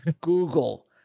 google